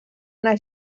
una